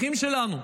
אחים שלנו.